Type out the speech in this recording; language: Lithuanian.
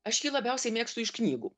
aš jį labiausiai mėgstu iš knygų